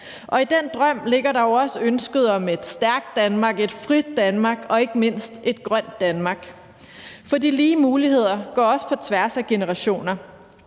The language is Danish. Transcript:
og i den drøm ligger der jo også ønsket om et stærkt Danmark, et frit Danmark og ikke mindst et grønt Danmark, for lige muligheder går også på tværs af generationer,